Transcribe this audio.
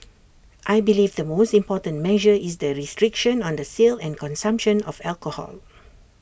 I believe the most important measure is the restriction on the sale and consumption of alcohol